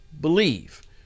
believe